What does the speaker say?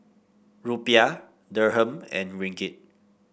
Rupiah Dirham and Ringgit